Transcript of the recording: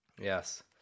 Yes